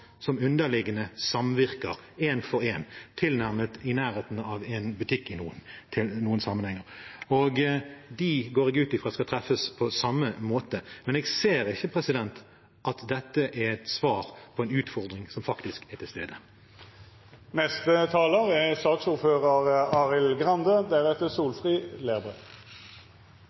som underliggende samvirker, én for én, noe i nærheten av en butikk i noen sammenhenger. Disse går jeg ut fra skal treffes på samme måte. Men jeg ser ikke at dette er et svar på en utfordring som faktisk er til stede. Det hevdes ofte fra Høyre-folk at det er